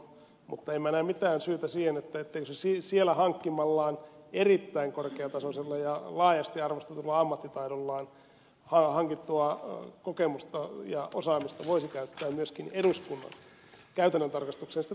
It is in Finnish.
mutta en minä näe mitään syytä siihen etteikö siellä erittäin korkeatasoisella ja laajasti arvostetulla ammattitaidolla hankittua kokemusta ja osaamista voisi käyttää myöskin eduskunnan käytännön tarkastukseen